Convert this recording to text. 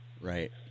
Right